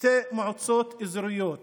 שתי מועצות אזוריות